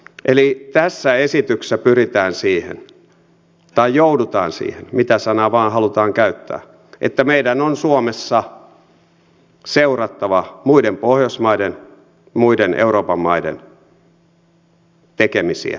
eli tässä esityksessä pyritään siihen tai joudutaan siihen mitä sanaa vain halutaan käyttää että meidän on suomessa seurattava muiden pohjoismaiden ja muiden euroopan maiden tekemisiä ja esimerkkejä